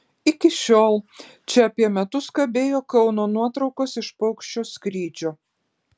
iki šiol čia apie metus kabėjo kauno nuotraukos iš paukščio skrydžio